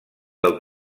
del